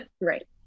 Right